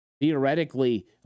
Theoretically